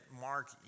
Mark